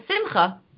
Simcha